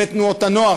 ותנועות הנוער,